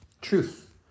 Truth